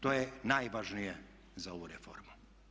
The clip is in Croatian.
To je najvažnije za ovu reformu.